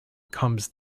comes